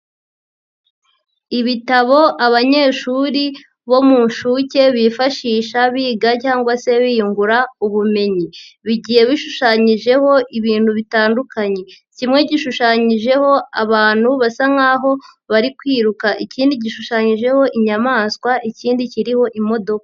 Ibitabo abanyeshuri bo mu ncuke bifashisha biga cyangwa se biyungura ubumenyi, bigiye bishushanyijeho ibintu bitandukanye, kimwe gishushanyijeho abantu basa nk'aho bari kwiruka, ikindi gishushanyijeho inyamaswa, ikindi kiriho imodoka.